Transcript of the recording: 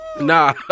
Nah